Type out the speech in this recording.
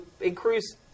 increase